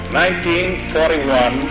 1941